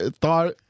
thought